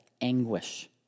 anguish